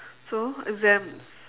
so exams